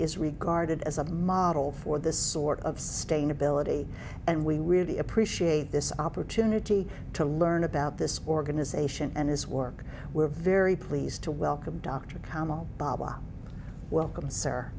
is regarded as a model for this sort of sustainability and we really appreciate this opportunity to learn about this organization and his work we're very pleased to welcome dr kamel baba welcome sir